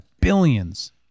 billions